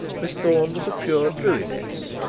miss thorne was a pure druidess.